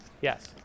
Yes